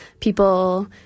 people